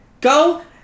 Go